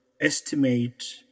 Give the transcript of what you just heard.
estimate